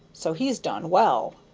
so he's done well.